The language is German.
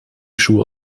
schuhe